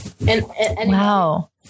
Wow